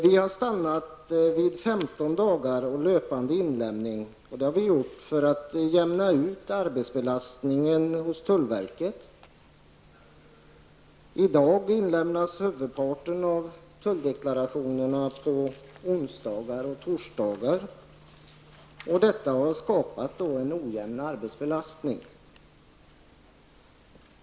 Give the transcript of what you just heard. Vi har stannat vid 15 dagar och löpande inlämning, och det har vi gjort för att jämna ut arbetsbelastningen hos tullverket. I dag inlämnas huvudparten av tulldeklarationerna på onsdagar och torsdagar, och detta har skapat en ojämn arbetsbelastning.